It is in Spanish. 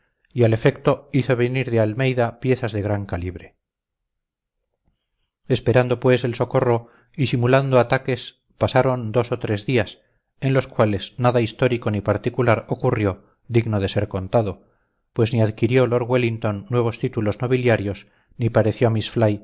y al efecto hizo venir de almeida piezas de gran calibre esperando pues el socorro y simulando ataques pasaron dos o tres días en los cuales nada histórico ni particular ocurrió digno de ser contado pues ni adquirió lord wellington nuevos títulos nobiliarios ni pareció miss